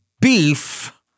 beef